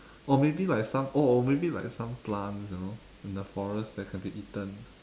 or maybe like some or maybe like some plants you know in the forest that can be eaten